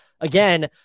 Again